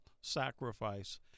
sacrifice